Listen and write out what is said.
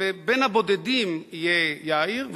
בין הבודדים יהיה יאיר,